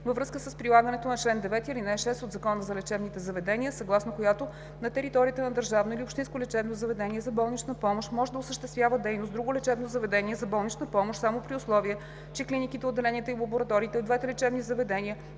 във връзка с прилагането на чл. 9, ал. 6 от Закона за лечебните заведения, съгласно която на територията на държавно или общински лечебно заведение за болнична помощ може да осъществява дейност друго лечебно заведение за болнична помощ само при условие, че клиниките, отделенията и лабораториите в двете лечебни заведения